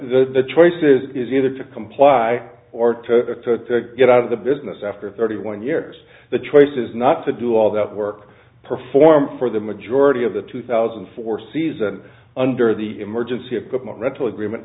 but the choice is either to comply or to get out of the business after thirty one years the choice is not to do all that work perform for the majority of the two thousand and four season under the emergency equipment rental agreement